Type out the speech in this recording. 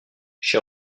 j’y